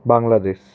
Bangladesh